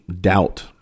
doubt